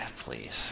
please